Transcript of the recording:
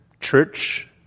church